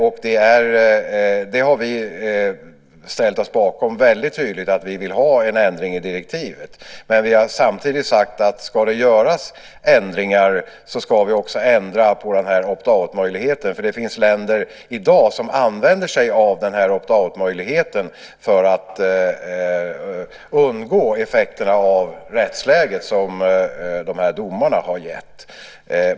Vi har väldigt tydligt ställt oss bakom förslaget och sagt att vi vill ha en ändring i direktivet, men samtidigt har vi sagt att om det ska göras ändringar så ska vi också ändra på opt out möjligheten. Det finns nämligen länder som i dag använder sig av opt out möjligheten för att undgå effekterna av det rättsläge som dessa domar gett.